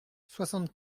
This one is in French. soixante